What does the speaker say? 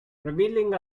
revealing